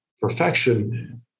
perfection